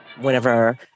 Whenever